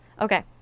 Okay